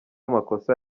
amakosa